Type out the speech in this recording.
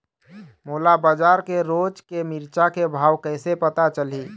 मोला बजार के रोज के मिरचा के भाव कइसे पता चलही?